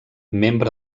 membre